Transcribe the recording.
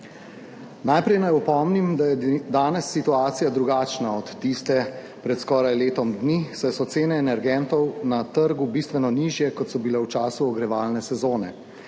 Najprej naj opomnim, da je danes situacija drugačna od tiste pred skoraj letom dni, saj so cene energentov na trgu bistveno nižje kot so bile v času ogrevalne sezone.